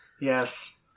Yes